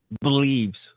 believes